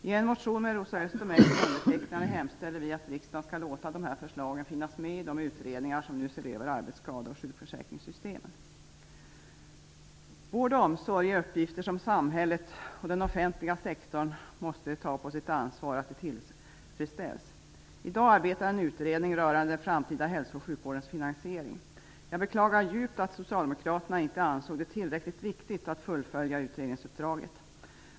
I en motion med Rosa Östh och mig som undertecknare hemställer vi om att riksdagen skall låta dessa förslag finnas med i de utredningar som nu ser över arbetsskade och sjukförsäkringssystemen. Vård och omsorg är uppgifter som samhället och den offentliga sektorn måste ta ansvar för. De måste se till att behovet av vård och omsorg tillfredställs. I dag arbetar en utredning rörande den framtida hälso och sjukvårdens finansiering. Jag beklagar djupt att Socialdemokraterna inte ansåg det tillräckligt viktigt att fullfölja utredningsuppdraget.